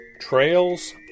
Trails